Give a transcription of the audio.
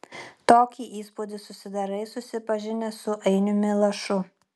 tokį įspūdį susidarai susipažinęs su ainiumi lašu